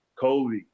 Kobe